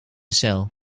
cel